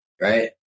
Right